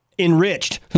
Enriched